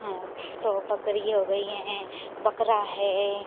हाँ तो बकरी हो गई है बकरा है